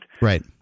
Right